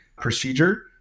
procedure